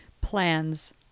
plans